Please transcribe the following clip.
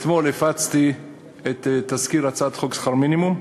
אתמול הפצתי את תזכיר הצעת חוק שכר מינימום.